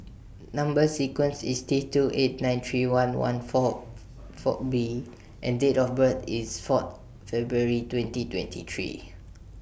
Number sequence IS T two eight nine three one one four four B and Date of birth IS four February twenty twenty three